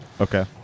Okay